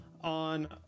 on